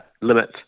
limit